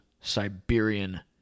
Siberian